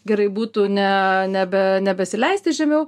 gerai būtų ne nebe nebesileisti žemiau